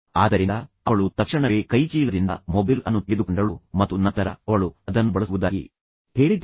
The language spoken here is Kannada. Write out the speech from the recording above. ಆದ್ದರಿಂದ ಅವಳು ತಕ್ಷಣವೇ ಕೈಚೀಲದಿಂದ ಮೊಬೈಲ್ ಅನ್ನು ತೆಗೆದುಕೊಂಡಳು ಮತ್ತು ನಂತರ ಅವಳು ಅದನ್ನು ಬಳಸುವುದಾಗಿ ಹೇಳಿದಳು